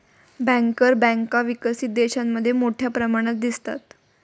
banker बँका विकसित देशांमध्ये मोठ्या प्रमाणात दिसतात